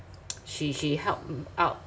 she she helped out